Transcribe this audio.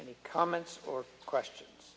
any comments or questions